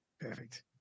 Perfect